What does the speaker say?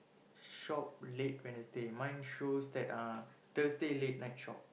shop late Wednesday mine shows that ah Thursday late night shop